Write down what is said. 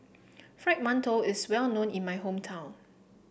Fried Mantou is well known in my hometown